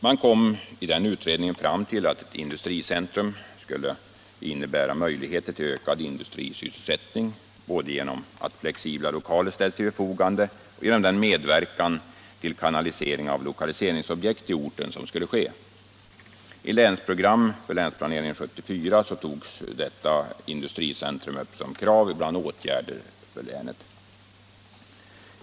Man kom i denna utredning fram till att ett industricentrum skulle innebära möjligheter till ökad industrisysselsättning både genom att flexibla lokaler ställs till förfogande och genom den medverkan till kanalisering av lokaliseringsobjekt till orten som skulle ske. I länsprogrammet för Länsplanering 1974 togs detta industricentrum upp bland kraven på åtgärder inom länet.